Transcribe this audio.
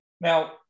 Now